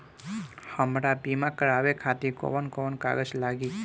हमरा बीमा करावे खातिर कोवन कागज लागी?